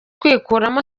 kwikuramo